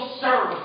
serve